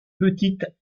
petites